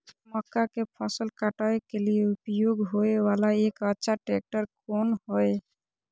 मक्का के फसल काटय के लिए उपयोग होय वाला एक अच्छा ट्रैक्टर कोन हय?